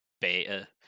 beta